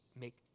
make